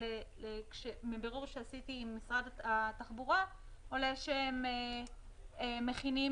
ומבירור שעשיתי עם משרד התחבורה עולה שהם מכינים